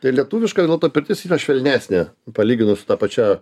tai lietuviška pirtis yra švelnesnė palyginus su ta pačia